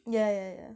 yeah yeah yeah